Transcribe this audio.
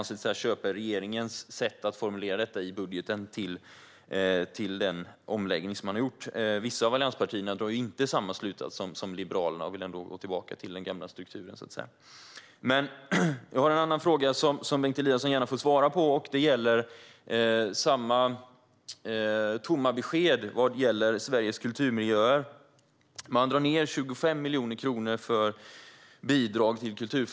När man köper regeringens sätt att formulera detta i budgeten säger man alltså ändå indirekt ja till den omläggning som har gjorts. Vissa av allianspartierna drar ju inte samma slutsats som Liberalerna utan vill gå tillbaka till den gamla strukturen. Jag har en annan fråga som Bengt Eliasson gärna får svara på, och det gäller det lika tomma beskedet rörande Sveriges kulturmiljöer. Man drar ned på bidraget till kulturfastigheter med 25 miljoner kronor.